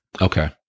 Okay